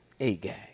Agag